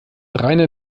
rainer